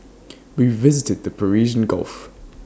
we visited the Persian gulf